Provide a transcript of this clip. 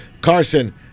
Carson